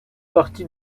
partie